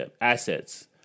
assets